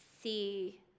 see